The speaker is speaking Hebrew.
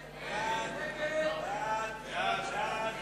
זה עובר לוועדת הכנסת,